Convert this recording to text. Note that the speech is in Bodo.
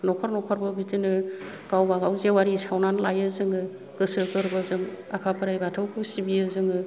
नखर नखरबो बिदिनो गावबा गाव जेवारि सावनानै लायो जोङो गोसो गोरबोजों आफा बोराइ बाथौखौ सिबियो जोङो